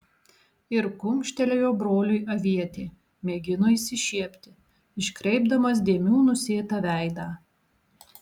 ir kumštelėjo broliui avietė mėgino išsišiepti iškreipdamas dėmių nusėtą veidą